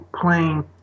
playing